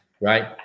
right